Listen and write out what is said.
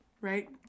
right